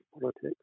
politics